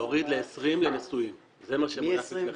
להוריד ל-20 לנשואים, זה מה שמונח בפניכם.